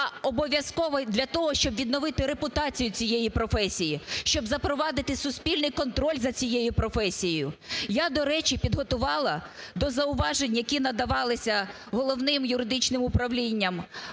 а обов'язковою для того, щоб відновити репутацію цієї професії, щоб запровадити суспільний контроль за цією професією. Я, до речі, підготувала до зауважень, які надавалися Головним юридичним управлінням